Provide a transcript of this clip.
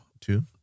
Two